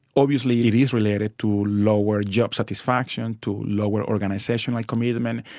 obviously it is related to lower job satisfaction, to lower organisational commitment.